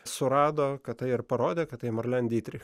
surado kad tai ir parodė kad tai marlen dytrich